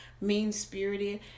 mean-spirited